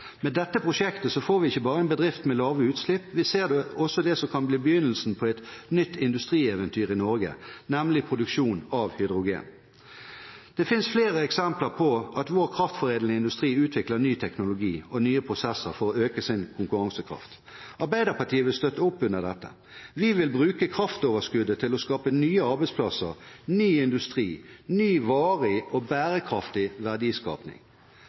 Med dette prosjektet får vi ikke bare drift med lave utslipp. Vi ser også det som kan bli begynnelsen på et nytt industrieventyr i Norge: produksjon av hydrogen. Det finnes flere eksempler på at vår kraftforedlende industri utvikler ny teknologi og nye prosesser for å øke sin konkurransekraft. Arbeiderpartiet vil støtte opp under dette. Vi vil bruke kraftoverskuddet til å skape nye arbeidsplasser, ny industri og ny varig og bærekraftig